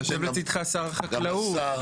יושב לצידך שר החקלאות.